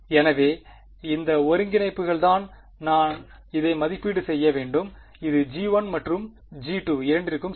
எனவே இந்த ஒருங்கிணைப்புகள்தான் நான் இதை மதிப்பீடு செய்ய வேண்டும் இது g1 மற்றும் g2 இரண்டிற்கும் சரி